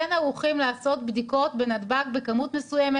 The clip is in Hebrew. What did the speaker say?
ערוכים לעשות בדיקות בנתב"ג בכמות מסוימת.